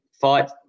fight